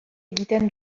egiten